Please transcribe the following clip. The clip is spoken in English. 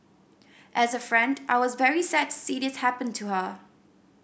as a friend I was very sad to see this happen to her